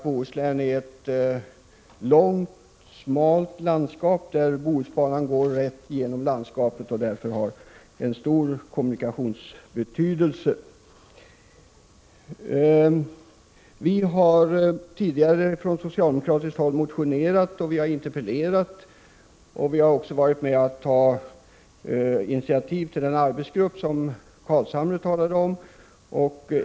Bohuslän är ett långt och smalt landskap, där Bohusbanan går rakt igenom och därför har stor betydelse för kommunikationerna. Vi har tidigare från socialdemokratiskt håll motionerat och interpellerat, och vi har varit med om att ta initiativ till den arbetsgrupp som Nils Carlshamre talade om.